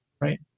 right